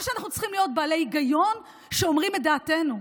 או שאנחנו צריכים להיות בעלי היגיון שאומרים את דעתנו?